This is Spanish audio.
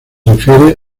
refiere